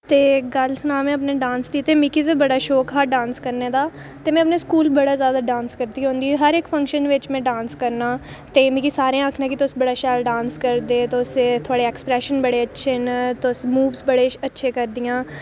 ते गल्ल सनां में अपने डांस दी ते मिकी ते बड़ा शोक हा डांस करने दा ते में अपने स्कूल बड़ा जैदा डांस करदी होंदी हर इक फंक्शन बेच्च में डांस करना ते मिगी सारें आखना की तुस बड़ा शैल डांस करदे तुस एह् थुआढ़े एक्सप्रैशन बड़े अच्छे न तुस मूव्स बड़े अच्छे करदियां